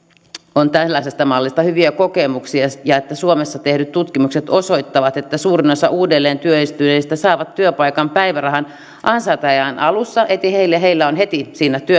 on tällaisesta mallista hyviä kokemuksia ja että suomessa tehdyt tutkimukset osoittavat että suurin osa uudelleentyöllistyneistä saa työpaikan päivärahan ansainta ajan alussa niin että heillä on heti siinä